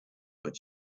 but